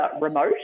Remote